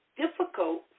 difficult